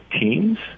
teams